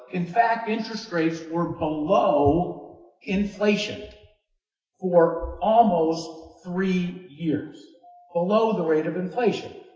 in fact, interest rates were below inflation for almost three years below the rate of inflation.